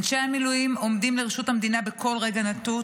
אנשי המילואים עומדים לרשות המדינה בכל רגע נתון